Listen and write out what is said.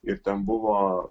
ir ten buvo